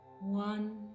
one